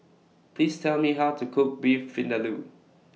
Please Tell Me How to Cook Beef Vindaloo